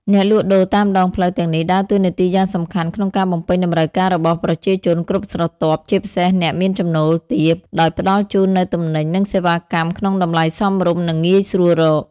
អ្នកលក់ដូរតាមដងផ្លូវទាំងនេះដើរតួនាទីយ៉ាងសំខាន់ក្នុងការបំពេញតម្រូវការរបស់ប្រជាជនគ្រប់ស្រទាប់ ជាពិសេសអ្នកមានចំណូលទាប ដោយផ្តល់ជូននូវទំនិញ និងសេវាកម្មក្នុងតម្លៃសមរម្យ និងងាយស្រួលរក ។